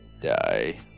die